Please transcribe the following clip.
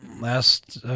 Last